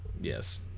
yes